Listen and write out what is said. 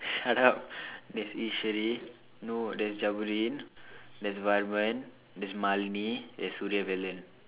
shut up there's Eswari no there's Jabudeen there's Varman there's Malene there's Suriavelan